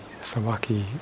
Sawaki